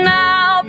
now